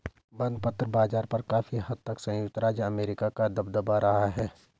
बंधपत्र बाज़ार पर काफी हद तक संयुक्त राज्य अमेरिका का दबदबा रहा है